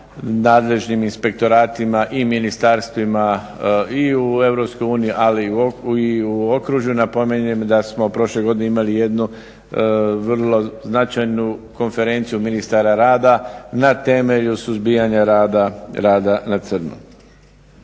nadležnim inspektoratima i ministarstvima i u EU ali i u okružju. Napominjem da smo prošle godine imali jednu vrlo značajnu konferenciju ministara rada na temelju suzbijanja rada na crno.